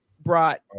brought